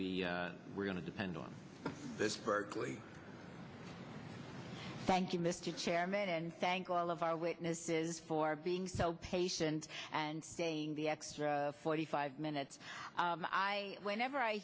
we were going to depend on this berkeley thank you mr chairman and thank all of our witnesses for being so patient and staying the extra forty five minutes i whenever i